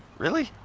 really?